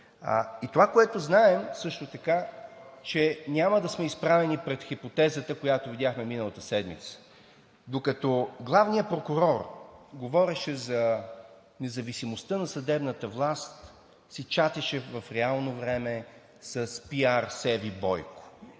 Това, което знаем също така, е, че няма да сме изправени пред хипотезата, която видяхме миналата седмица. Докато главният прокурор говореше за независимостта на съдебната власт, си чатеше в реално време с пиар Севи Бойко.